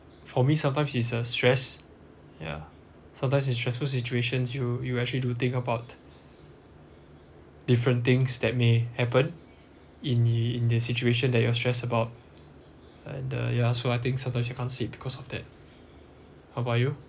for me sometimes is a stress yeah sometimes it's stressful situations you you actually do think about different things that may happen in the in in the situation that you are stressed about and the ya so I think sometimes you can't see because of that how about you